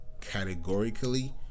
categorically